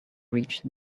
reach